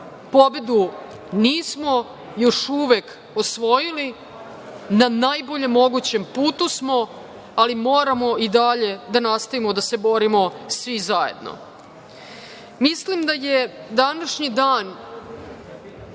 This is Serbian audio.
Pobedu nismo još uvek osvojili, na najboljem mogućem putu smo, ali moramo i dalje da nastavimo da se borimo svi zajedno. Mislim da je današnji dan